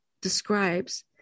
describes